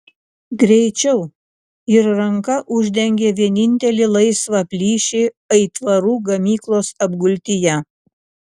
greičiau ir ranka uždengė vienintelį laisvą plyšį aitvarų gamyklos apgultyje